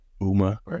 UMA